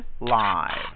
live